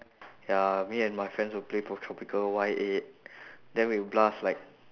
ya me and my friends will play poptropica Y eight then we'll blast like